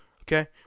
Okay